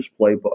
playbook